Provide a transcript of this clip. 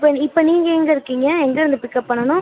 இப்போ இப்போ நீங்கள் எங்கே இருக்கீங்க எங்கேருந்து பிக்கப் பண்ணனும்